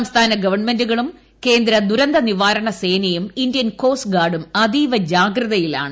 സംസ്ഥാന ഗവൺമൈന്റുകളും കേന്ദ്ര ദുരന്ത നിവാരണസേനയും ഇന്ത്യൻ കോസ്റ്ഗാർഡും അതീവ ജാഗ്രതയിലാണ്